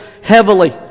heavily